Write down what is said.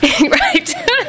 right